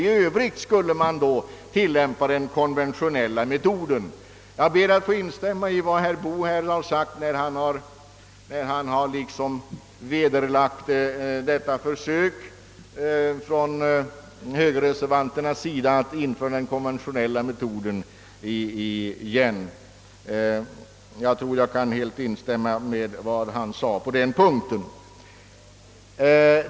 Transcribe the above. I de likalydande motionerna I:802 och II: 975 — den s.k. högermotionen — yrkas, som vi hört, en inkomstberäkning av 2 procent beträffande fastighet som åsatts lägre taxeringsvärde än 125 000 kronor. I övrigt skulle den konventionella metoden tillämpas. Jag ber att helt få instämma i vad herr Boo sagt, när han nedgjort detta högerreservanternas försök att återinföra den konventionella metoden.